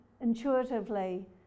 intuitively